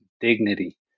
dignity